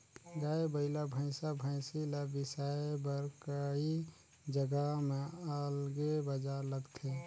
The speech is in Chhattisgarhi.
गाय, बइला, भइसा, भइसी ल बिसाए बर कइ जघा म अलगे बजार लगथे